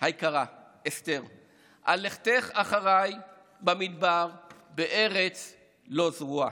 היקרה אסתר, על לכתך אחריי במדבר בארץ לא זרועה.